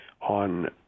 on